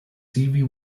stevie